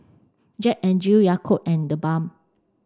Jack N Jill Yakult and TheBalm